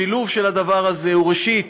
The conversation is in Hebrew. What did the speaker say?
השילוב של הדבר הזה הוא, ראשית,